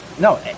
No